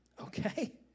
okay